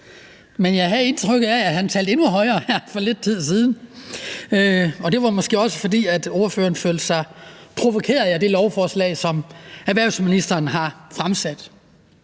men jeg havde indtryk af, at han talte endnu højere her for lidt siden, og det var måske også, fordi ordføreren følte sig provokeret af det lovforslag, som erhvervsministeren har fremsat.